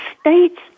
states